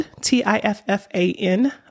T-I-F-F-A-N